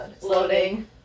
Loading